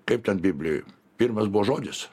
kaip ten biblijoj pirmas buvo žodis